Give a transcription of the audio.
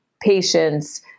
patients